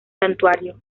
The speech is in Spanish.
santuario